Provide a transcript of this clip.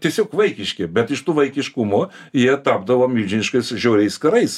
tiesiog vaikiški bet iš tų vaikiškumų jie tapdavo milžiniškais žiauriais karais